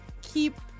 keep